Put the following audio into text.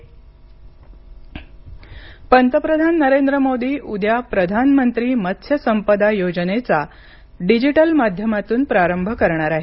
मत्स्य संपदा योजना पंतप्रधान नरेंद्र मोदी उद्या प्रधानमंत्री मत्स्य संपदा योजनेचा डिजिटल माध्यमातून प्रारंभ करणार आहेत